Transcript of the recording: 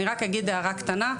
אני רק אגיד הערה קטנה,